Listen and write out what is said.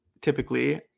typically